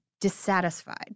dissatisfied